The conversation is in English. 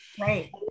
Right